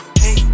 hey